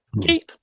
Keith